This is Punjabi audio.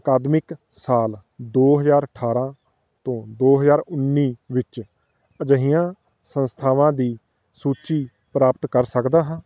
ਅਕਾਦਮਿਕ ਸਾਲ ਦੋ ਹਜ਼ਾਰ ਅਠਾਰਾਂ ਤੋਂ ਦੋ ਹਜ਼ਾਰ ਉੱਨੀ ਵਿੱਚ ਅਜਿਹੀਆਂ ਸੰਸਥਾਵਾਂ ਦੀ ਸੂਚੀ ਪ੍ਰਾਪਤ ਕਰ ਸਕਦਾ ਹਾਂ